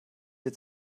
wir